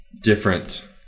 different